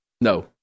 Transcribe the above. No